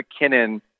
McKinnon